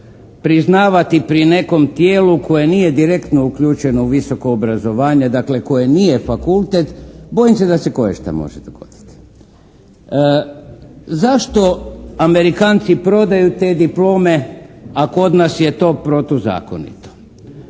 priznavati pri nekom tijelu koje nije direktno uključeno u visoko obrazovanje, dakle koje nije fakultet bojim se da se koješta može dogoditi. Zašto Amerikanki prodaju te diplome, a kod nas je to protuzakonito?